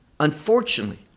unfortunately